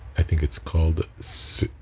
i think it's called. so